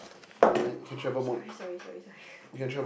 yup sorry sorry sorry sorry